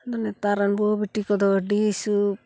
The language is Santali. ᱟᱫᱚ ᱱᱮᱛᱟᱨ ᱨᱮᱱ ᱵᱟᱹᱦᱩ ᱵᱤᱴᱤ ᱠᱚᱫᱚ ᱟᱹᱰᱤ ᱥᱩᱠ